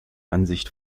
ansicht